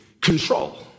control